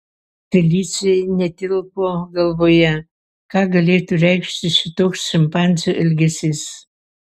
felicijai netilpo galvoje ką galėtų reikšti šitoks šimpanzių elgesys